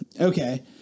Okay